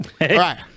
Right